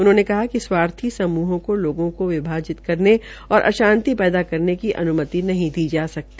उन्होंने कहा कि स्वार्थी समूहों को लोगों को विभाजित करने और अशांति पैदा करेन की अनुमति नहीं दी जा सकती